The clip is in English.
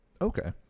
Okay